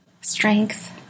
strength